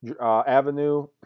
Avenue